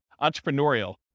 entrepreneurial